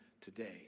today